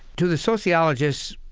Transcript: to the sociologists,